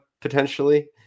potentially